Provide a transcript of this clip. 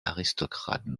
aristocratique